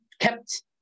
kept